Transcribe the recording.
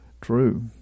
True